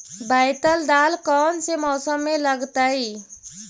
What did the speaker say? बैतल दाल कौन से मौसम में लगतैई?